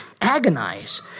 agonize